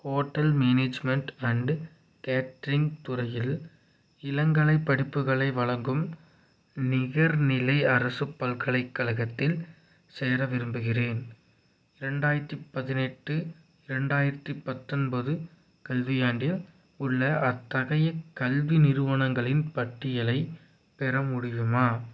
hotel management and catering துறையில் இளங்கலைப் படிப்புகளை வழங்கும் நிகர்நிலை அரசுப் பல்கலைக்கழகத்தில் சேர விரும்புகிறேன் ரெண்டாயிரத்து பதினெட்டு ரெண்டாயிரத்து பத்தொன்பது கல்வியாண்டில் உள்ள அத்தகைய கல்வி நிறுவனங்களின் பட்டியலைப் பெற முடியுமா